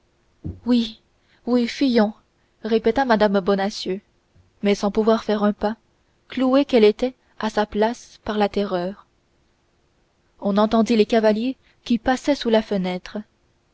oui oui fuyons répéta mme bonacieux mais sans pouvoir faire un pas clouée qu'elle était à sa place par la terreur on entendit les cavaliers qui passaient sous la fenêtre